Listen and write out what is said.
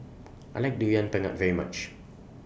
I like Durian Pengat very much